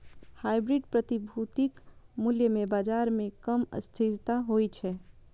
hybrid प्रतिभूतिक मूल्य मे बाजार मे कम अस्थिरता होइ छै